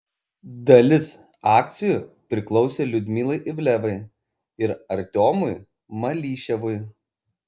dalis akcijų priklausė liudmilai ivlevai ir artiomui malyševui